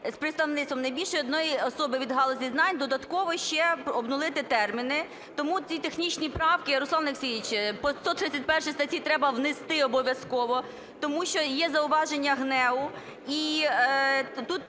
з представництвом не більше одної особи від галузі знань, додатково ще обнулити терміни. Тому ці технічні правки, Руслане Олексійовичу, по 131 статті треба внести обов'язково, тому що є зауваження ГНЕУ.